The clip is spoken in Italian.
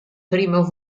primo